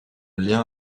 lien